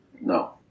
No